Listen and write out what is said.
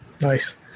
Nice